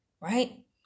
right